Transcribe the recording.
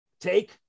take